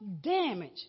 damage